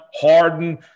Harden